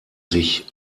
sich